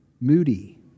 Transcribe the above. moody